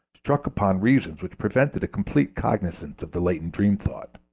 struck upon reasons which prevented a complete cognizance of the latent dream thought.